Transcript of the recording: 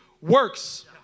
works